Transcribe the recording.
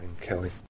Kelly